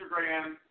Instagram